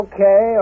Okay